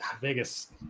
Vegas